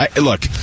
Look